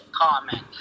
comment